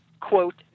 quote